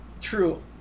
True